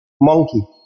monkey